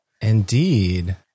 Indeed